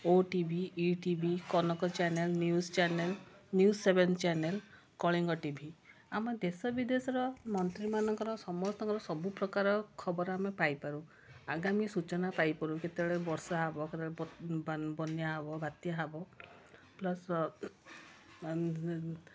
ଓ T V E T V Kanak channel news channel news seven channel Kalinga T V ଆମ ଦେଶବିଦେଶର ମନ୍ତ୍ରୀମାନଙ୍କର ସମସ୍ତଙ୍କ ସବୁପ୍ରକାର ଖବର ଆମେ ପାଇପାରୁ ଆଗାମୀ ସୂଚନା ପାଇପାରୁ କେତେବେଳେ ବର୍ଷା ହେବ ବନ୍ୟା ହେବ ବାତ୍ୟା ହେବ ପ୍ଲସ୍